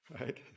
right